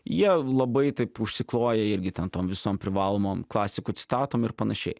jie labai taip užsikloja irgi ten tom visom privalomom klasikų citatom ir panašiai